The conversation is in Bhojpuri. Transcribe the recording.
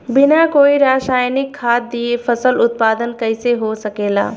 बिना कोई रसायनिक खाद दिए फसल उत्पादन कइसे हो सकेला?